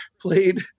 played